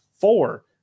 Four